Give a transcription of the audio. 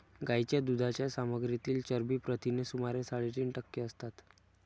गायीच्या दुधाच्या सामग्रीतील चरबी प्रथिने सुमारे साडेतीन टक्के असतात